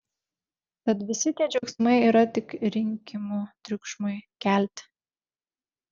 tad visi tie džiaugsmai yra tik rinkimų triukšmui kelti